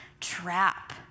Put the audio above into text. trap